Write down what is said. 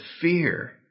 fear